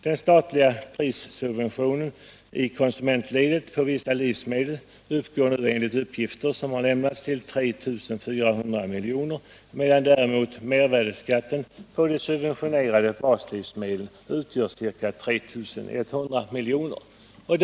Den statliga prissubventionen i konsumentledet på vissa livsmedel uppgår nu, enligt uppgifter som har lämnats, till 3 400 milj.kr., medan mervärdeskatten på de subventionerade baslivsmedlen uppgår till ca 3 100 milj.kr.